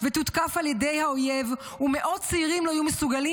ותותקף על ידי האויב ומאות צעירים לא יהיו מסוגלים